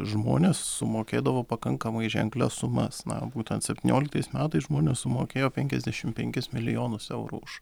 žmonės sumokėdavo pakankamai ženklias sumas na būtent septynioliktais metais žmonės sumokėjo penkiasdešim penkis milijonus eurų už